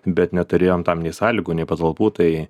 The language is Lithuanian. bet neturėjom tam nei sąlygų nei patalpų tai